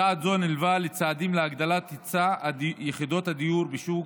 צעד זה נלווה לצעדים להגדלת היצע יחידות הדיור בשוק,